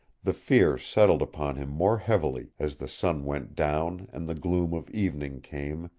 the fear settled upon him more heavily as the sun went down and the gloom of evening came,